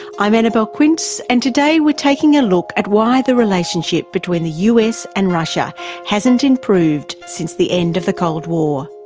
i'm annabelle quince, and today we're taking a look at why the relationship between the us and russia hasn't improved since the end of the cold war.